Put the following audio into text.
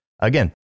again